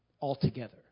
altogether